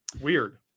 Weird